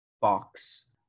box